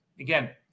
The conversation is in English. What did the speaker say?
again